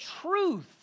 truth